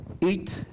Eat